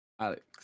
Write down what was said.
Alex